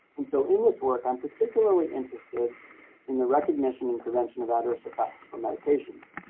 and so in this work i'm particularly interested in the recognition and prevention of adverse effects from medications.